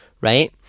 right